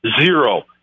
zero